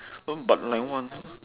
but like what